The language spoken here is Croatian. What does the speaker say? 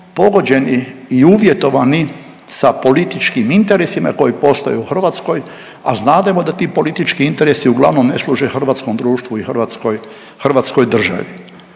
pogođeni i uvjetovani sa političkim interesima koji postoje u Hrvatskoj, a znademo da ti politički interesi uglavnom ne služe hrvatskom društvu i Hrvatskoj,